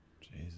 Jesus